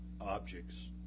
objects